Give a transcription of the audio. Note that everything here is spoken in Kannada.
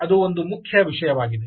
ಅದು ಒಂದು ಮುಖ್ಯ ವಿಷಯವಾಗಿದೆ